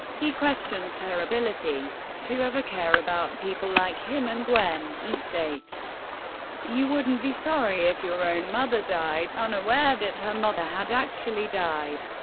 he questions her ability to ever care about people like him and gwen, and states you wouldn't be sorry if your own mother died, unaware that her mother had actually died.